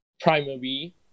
Primary